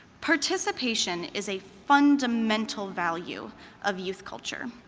participation is a fundamental value of youth culture.